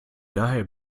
daher